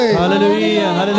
Hallelujah